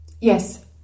Yes